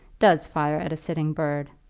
does fire at a sitting bird.